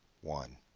one